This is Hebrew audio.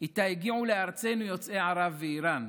שאיתה הגיעו לארצנו יוצאי ערב ואיראן: